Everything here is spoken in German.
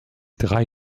drei